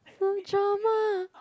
so drama